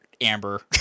Amber